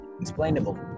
Explainable